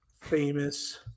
famous